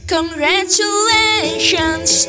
Congratulations